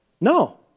No